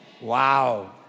Wow